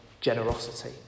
generosity